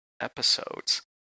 episodes